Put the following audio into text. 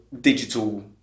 digital